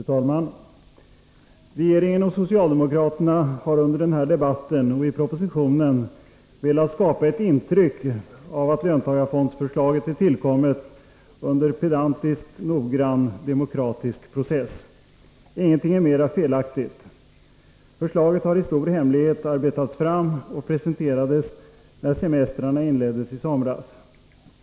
Fru talman! Regeringen och socialdemokraterna har under denna debatt och i propositionen velat skapa ett intryck av att löntagarfondsförslaget är tillkommet under en pedantiskt noggrann demokratisk process. Inget är mer felaktigt. Förslaget har i stor hemlighet arbetats fram och presenterades när semestrarna inleddes i somras.